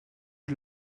est